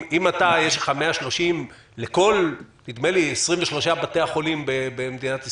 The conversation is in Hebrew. אם יש לך 130 לכל 23 בתי החולים במדינת ישראל,